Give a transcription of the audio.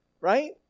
right